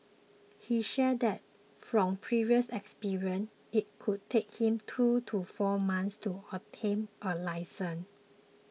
he shared that from previous experience it could take him two to four months to obtain a licence